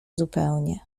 zupełnie